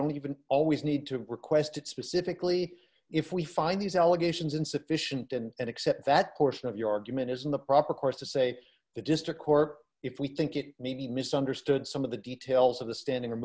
don't even always need to request it specifically if we find these allegations insufficient and accept that portion of your argument isn't the proper course to say the district court if we think it may be misunderstood some of the details of the standing